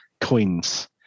coins